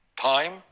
time